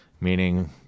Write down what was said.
Meaning